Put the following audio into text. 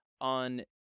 on